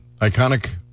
iconic